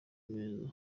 meza